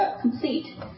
complete